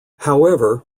however